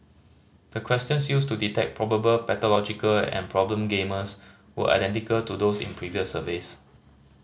the questions used to detect probable pathological and problem gamblers were identical to those in previous surveys